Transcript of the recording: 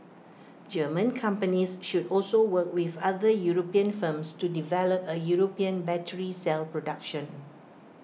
German companies should also work with other european firms to develop A european battery cell production